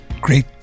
Great